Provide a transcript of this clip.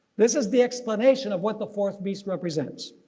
this is the explanation of what the fourth beast represents.